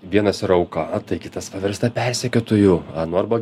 vienas yra auka tai kitas pavirsta persekiotoju a nu arba